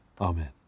Amen